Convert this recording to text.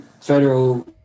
federal